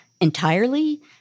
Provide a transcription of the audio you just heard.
entirely